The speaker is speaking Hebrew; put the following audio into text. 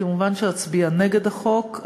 כמובן שאצביע נגד החוק,